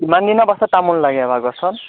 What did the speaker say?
কিমান দিনৰ পাছত তামোল লাগে বাৰু গছত